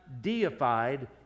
deified